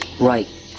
Right